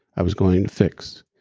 i was going to fix.